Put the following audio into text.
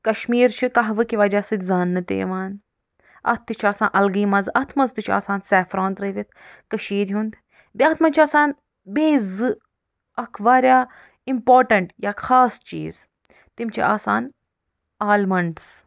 کشمیٖر چھُ کہوٕ کہِ وجہ سۭتۍ زاننہٕ تہِ یِوان اتھ تہِ چھُ آسان الگٕے مزٕ اتھ منٛز تہِ چھُ آسان سیفران ترٛٲوِتھ کٔشیٖرِ ہنٛد بیٚیہِ اتھ منٛز چھُ آسان بیٚیہِ زٕ اکھ واریاہ اِمپاٹنٛٹ یا خاص چیٖز تِم چھِ آسان آلمنڈٕس